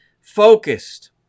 focused